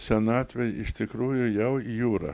senatvėj iš tikrųjų jau į jūrą